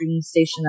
station